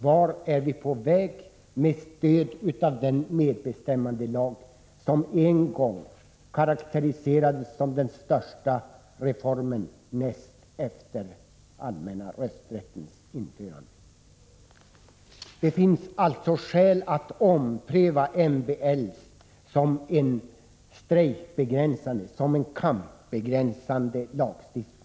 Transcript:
Vart är vi på väg med stöd av den medbestämmandelag som en gång karakteriserades som den största reformen näst efter allmänna rösträtten? Det finns således anledning att ompröva MBL som en strejkbegränsande och kampbegränsande lagstiftning.